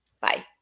Bye